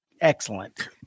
excellent